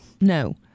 no